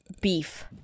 beef